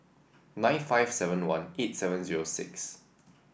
nine five seven one eight seven zero six